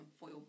foil